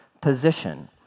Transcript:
position